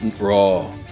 raw